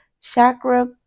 chakra